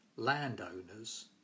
landowners